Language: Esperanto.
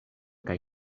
kaj